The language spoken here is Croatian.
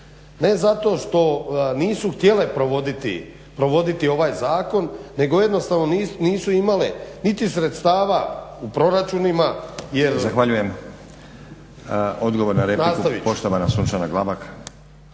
ne zato što nisu htjele provoditi, provoditi ovaj zakon nego jednostavno nisu imale niti sredstva u proračunima. **Stazić, Nenad (SDP)** Zahvaljujem. Odgovor na repliku poštovana Sunčana Glavak.